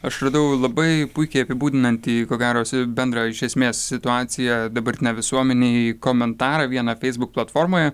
aš radau labai puikiai apibūdinantį ko gero si bendrą iš esmės situaciją dabartinėj visuomenėj komentarą vieną feisbuk platformoje